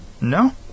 no